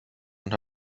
und